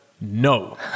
no